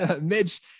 Mitch